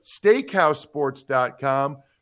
SteakhouseSports.com